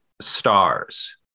stars